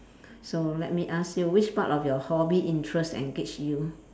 so let me ask you which part of your hobby interest engage you